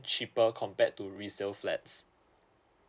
cheaper compared to resale flats